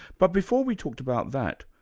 but before we talked about that,